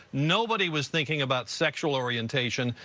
nobody was thinking about sexual orientation.